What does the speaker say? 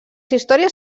històries